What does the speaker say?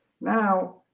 Now